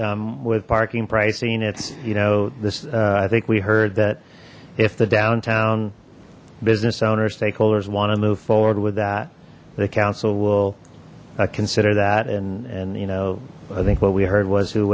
with parking pricing it's you know this i think we heard that if the downtown business owners stakeholders want to move forward with that the council will consider that and and you know i think what we heard was who